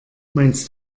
meinst